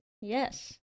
Yes